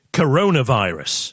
coronavirus